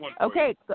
Okay